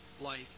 life